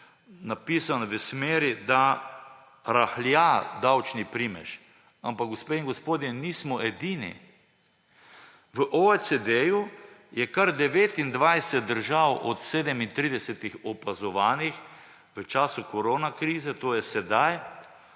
napisan v smeri, da rahlja davčni primež, ampak, gospe in gospodje, nismo edini. V OECD je kar 29 držav od 37, opazovanih v času koronakrize, to je sedaj,